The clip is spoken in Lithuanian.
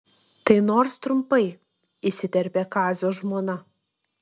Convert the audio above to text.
tai nors trumpai įsiterpė kazio žmona